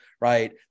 Right